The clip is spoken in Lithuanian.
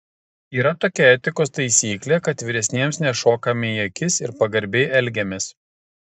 yra tokia etikos taisyklė kad vyresniems nešokame į akis ir pagarbiai elgiamės